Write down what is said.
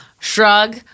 Shrug